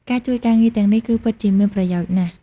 ការជួយការងារទាំងនេះ គឺពិតជាមានប្រយោជន៍ណាស់។